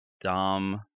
dumb